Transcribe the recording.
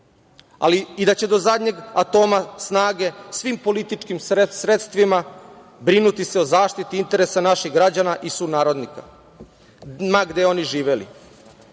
Ali, i da će do zadnjeg atoma snage svim političkim sredstvima brinuti se o zaštiti interesa naših građana i sunarodnika, ma gde oni živeli. Sve